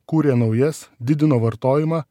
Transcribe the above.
kūrė naujas didino vartojimą